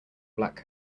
black